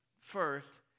first